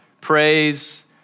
Praise